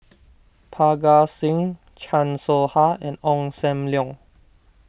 Parga Singh Chan Soh Ha and Ong Sam Leong